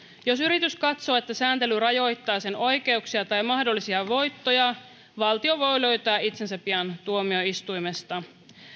jos yritys katsoo että sääntely rajoittaa sen oikeuksia tai mahdollisia voittoja valtio voi löytää itsensä pian tuomioistuimesta